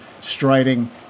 striding